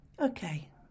Okay